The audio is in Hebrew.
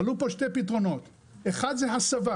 עלו פה שני פתרונות, אחד מהם זה הסבה.